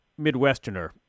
Midwesterner